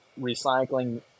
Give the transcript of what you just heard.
recycling